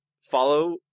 follow